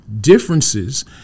differences